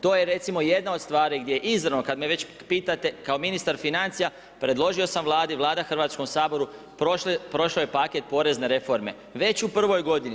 To je recimo jedna od stvari gdje izravno kad me već pitate kao ministar financija predložio sam Vladi, Vlada Hrvatskom saboru, prošao je paket porezne reforme već u prvoj godini.